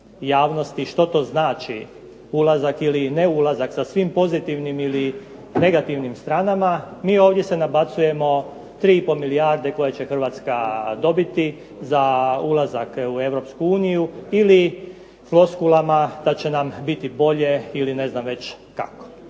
javnosti što to znači ulazak ili neulazak sa svim pozitivnim ili negativnim stranama, mi ovdje se nabacujemo 3,5 milijarde koje će Hrvatska dobiti za ulazak u Europsku uniju ili floskulama da će nam biti bolje ili ne znam već kako.